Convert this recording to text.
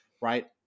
right